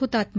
ಹುತಾತ್ಮ